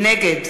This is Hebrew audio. נגד